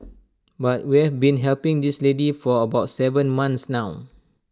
but we have been helping this lady for about Seven months now